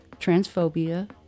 transphobia